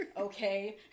okay